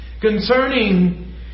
Concerning